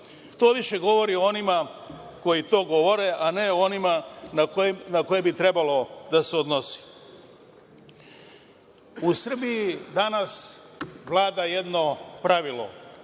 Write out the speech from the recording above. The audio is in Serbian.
To više govori o onima koji to govore, a ne o onima na koje bi trebalo da se odnosi.U Srbiji danas vlada jedno pravilo,